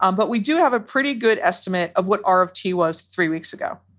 um but we do have a pretty good estimate of what r of t was three weeks ago.